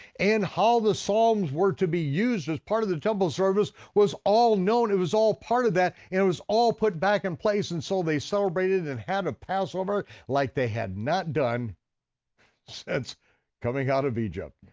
and how the songs were to be used as part of the temple service, was all known, it was all part of that, and it was all put back in place, and so they celebrated and and had a passover like they had not done since coming out of egypt.